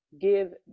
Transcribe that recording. give